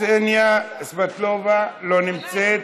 קסניה סבטלובה, לא נמצאת,